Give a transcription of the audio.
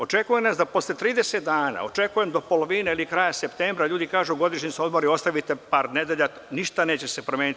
Očekuje nas da posle 30 dana, očekujem do polovine ili kraja septembra da ljudi kažu – godišnji su odmori, ostavite par nedelja, ništa se neće promeniti.